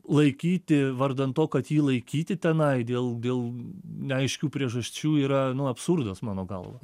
laikyti vardan to kad jį laikyti tenai dėl dėl neaiškių priežasčių yra absurdas mano galva